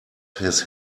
his